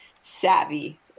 savvy